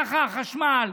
ככה החשמל,